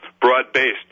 broad-based